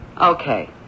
Okay